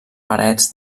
parets